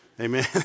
Amen